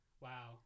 wow